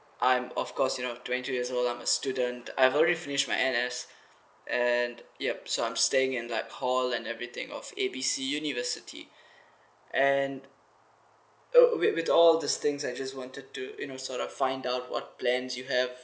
I'm of course you know twenty two years old I'm a student I've already finished my N_S and yup so I'm staying in like hall and everything of A B C university and uh wi~ with all these things I just wanted to you know sort of find out what plans you have